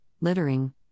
littering